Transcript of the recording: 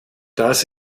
das